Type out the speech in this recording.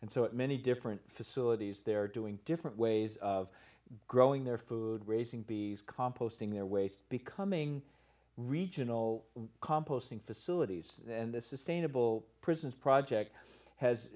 and so many different facilities they're doing different ways of growing their food raising be composting their waste becoming regional composting facilities and this is stable prisons project has